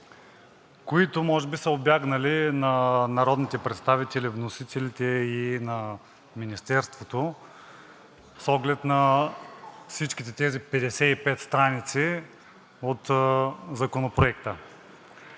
които може би са убягнали на народните представители – вносителите, и на Министерството, с оглед на всичките тези 55 страници от Законопроекта.